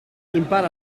impara